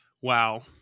Wow